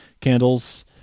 candles